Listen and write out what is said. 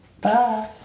Bye